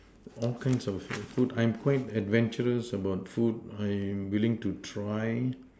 all kinds of err food I'm quite adventurous about food I'm willing to try